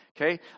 okay